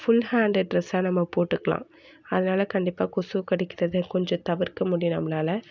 full hand டிரஸ்ஸாக நம்ம போட்டுக்கலாம் அதனால் கண்டிப்பாக கொசு கடிக்கிறதை கொஞ்சம் தவிர்க்க முடியும் நம்மளால்